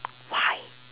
why